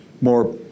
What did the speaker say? more